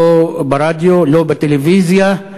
לא ברדיו, לא בטלוויזיה,